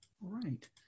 right